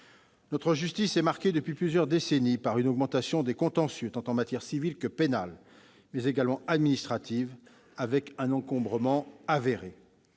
Notre justice est marquée depuis plusieurs décennies par une augmentation des contentieux, tant en matière civile et pénale qu'en matière administrative, et par un encombrement avéré.